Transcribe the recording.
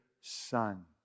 son